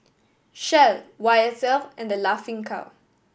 Shell Y S L and The Laughing Cow